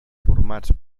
formats